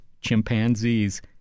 chimpanzees